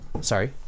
sorry